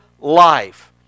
life